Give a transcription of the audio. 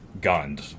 Gunned